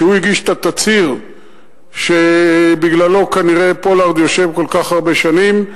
שהגיש את התצהיר שבגללו כנראה פולארד יושב כל כך הרבה שנים.